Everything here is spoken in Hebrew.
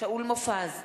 שאול מופז,